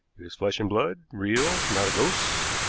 he was flesh and blood, real, not a ghost,